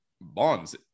bonds